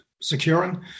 securing